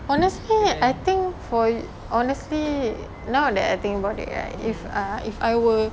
honestly I think for honestly now that I think about it right if uh if I were